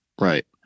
right